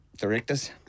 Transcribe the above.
directors